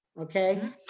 Okay